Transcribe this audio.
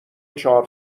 چهار